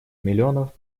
миллионов